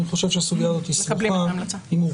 אני חושב שהסוגיה הזאת היא סבוכה ומורכבת.